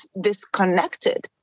disconnected